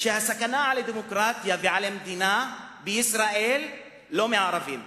שהסכנה לדמוקרטיה ולמדינה בישראל, לא מהערבים,